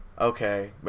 okay